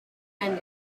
and